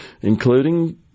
including